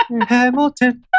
Hamilton